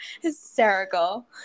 hysterical